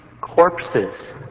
Corpses